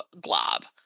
glob